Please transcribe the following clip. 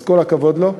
אז כל הכבוד לו.